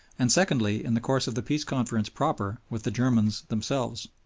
and secondly in the course of the peace conference proper with the germans themselves.